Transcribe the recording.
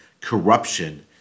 corruption